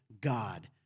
God